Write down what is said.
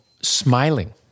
smiling